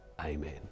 amen